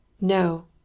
No